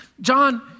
John